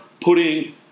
putting